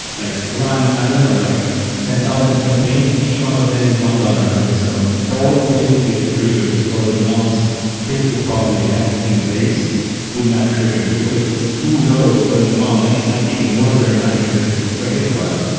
like run i don't know, like ten thousand campaigns. each one of them is one dollar. so all, basically, the triggers or the knobs facebook probably have in place will not trigger, because it's too low for an amount. that is not even worth their time to investigate. but guess what?